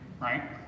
right